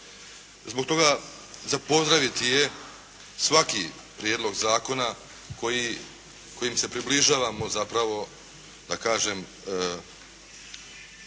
Zbog toga za pozdraviti je svaki prijedlog zakona kojim se približavamo zapravo da kažem